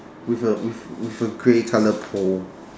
with a with with a grey colour pole